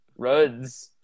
ruds